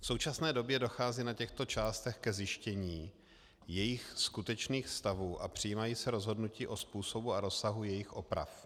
V současné době dochází na těchto částech ke zjištění jejich skutečných stavů a přijímají se rozhodnutí o způsobu a rozsahu jejich oprav.